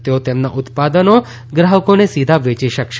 તેઓ તેમના ઉત્પાદનો ગ્રાહકોને સીધા વેચી શકશે